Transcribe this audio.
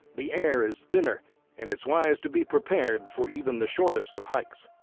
the air is thinner and it's wise to be prepared for even the shortest of hikes.